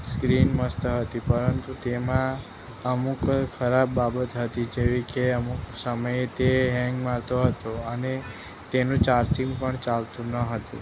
screen મસ્ત હતી પરંતુ તેમાં અમુક ખરાબ બાબત હતી જેવી કે અમુક સમયે તે હેંગ મારતો હતો અને તેનું ચાર્જિંગ પણ ચાલતું ન હતું